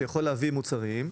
שיכול להביא מוצרים,